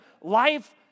life